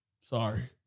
Sorry